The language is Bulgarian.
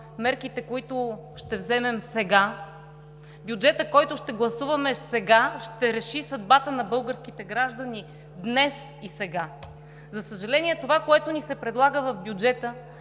мерките, които ще вземем сега, бюджетът, който ще гласуваме сега, ще реши съдбата на българските граждани днес и сега. За съжаление, това, което ни се предлага в бюджета,